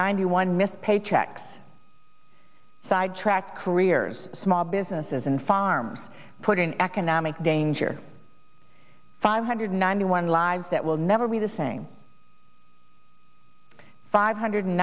ninety one missed paychecks sidetracked careers small businesses and farms put in economic danger five hundred ninety one lives that will never be the same five hundred